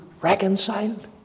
reconciled